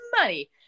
money